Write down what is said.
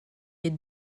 est